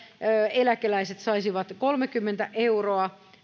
eläkeläiset saisivat kolmekymmentä euroa